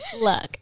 Look